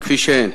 כפי שהן.